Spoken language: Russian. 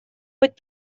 быть